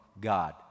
God